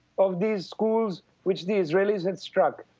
of these schools which the israelis had struck.